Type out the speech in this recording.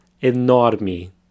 enorme